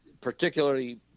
particularly